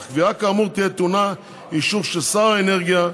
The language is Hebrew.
אך קביעה כאמור תהיה טעונה אישור של שר האנרגיה,